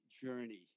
journey